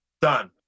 Done